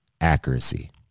accuracy